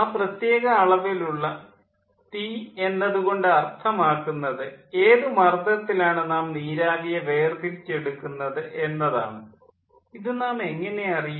ആ പ്രത്യേക അളവിലുള്ള തീ എന്നതു കൊണ്ട് അർത്ഥമാക്കുന്നത് ഏതു മർദ്ദത്തിലാണ് നാം നീരാവിയെ വേർതിരിച്ചെടുക്കുന്നത് എന്നതാണ് ഇത് നാം എങ്ങനെ അറിയും